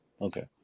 okay